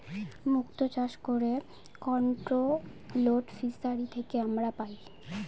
মুক্ত চাষ করে কন্ট্রোলড ফিসারী থেকে আমরা পাই